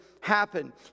happen